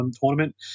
tournament